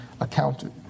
accounted